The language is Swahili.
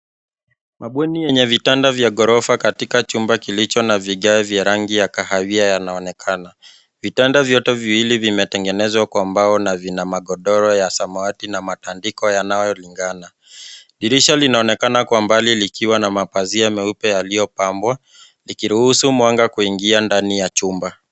Mabweni yenye vitanda vya ghorofa katika chumba kilicho na vigae vya rangi ya kahawia yanaonekana. Vitanda vyote viwili vimetengenezwa kwa mbao na vina magodoro ya samawati na matandiko yanayolingana. Dirisha linaonekana kwa mbali likiwa na mapazia meupe yaliyopambwa, likiruhusu mwanga kuingia ndani ya chumba.